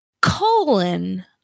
colon